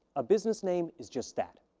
a business name is just that.